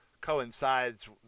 coincides